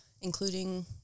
including